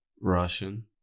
Russian